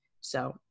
so-